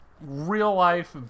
real-life